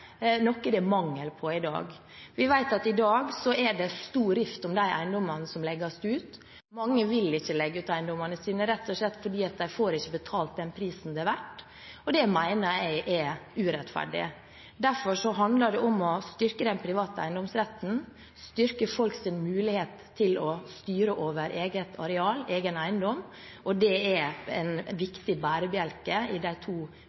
det er mangel på i dag. Vi vet at i dag er det stor rift om de eiendommene som legges ut, og mange vil ikke legge ut eiendommene sine, rett og slett fordi de ikke får den prisen de er verdt, og det mener jeg er urettferdig. Derfor handler det om å styrke den private eiendomsretten, styrke folks muligheter til å styre over eget areal, egen eiendom, og det er en viktig bærebjelke i de to